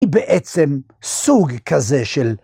‫היא בעצם סוג כזה של...